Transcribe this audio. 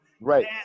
Right